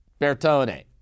Bertone